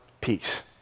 peace